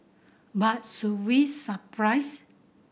but should we surprised